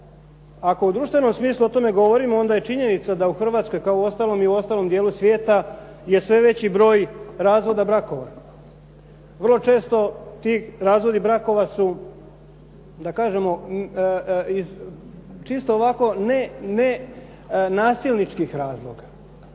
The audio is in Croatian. ako u društvenom smislu o tome govorimo onda je činjenica da u Hrvatskoj, kao uostalom i u ostalom dijelu svijeta je sve veći broj razvoda brakova. Vrlo često ti razvodi brakova su da kažemo iz čisto ovako nenasilničkih razloga.